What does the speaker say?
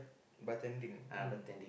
bartending mm